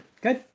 Good